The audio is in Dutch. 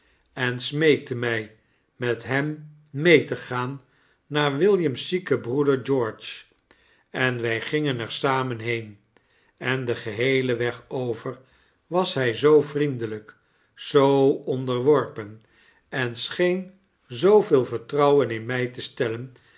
en smeekte mij met hem mee te gaan naar william's ziaken breeder geoirgfe en wij gingen er samen heen en den geheelen weg over was hij zoo vriendelijk zoo onderworpen en scheen zooveel vertrouwen in mij te stellen